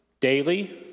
daily